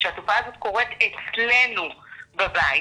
כשהתופעה הזאת קורית אצלנו בבית,